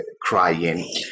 crying